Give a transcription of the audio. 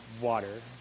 water